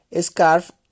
scarf